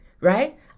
Right